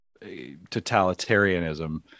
totalitarianism